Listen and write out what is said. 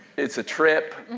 it's a trip.